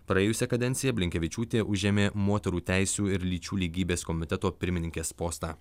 praėjusią kadenciją blinkevičiūtė užėmė moterų teisių ir lyčių lygybės komiteto pirmininkės postą